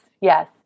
yes